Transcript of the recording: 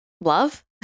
love